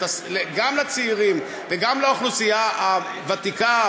גם לצעירים וגם לאוכלוסייה הוותיקה,